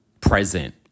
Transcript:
present